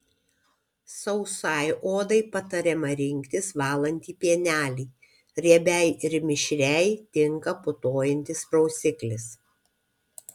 sausai odai patariama rinktis valantį pienelį riebiai ir mišriai tinka putojantis prausiklis